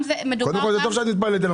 זה טוב שאת מתפלאת עלינו.